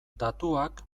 datuak